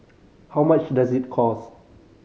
how much does it cost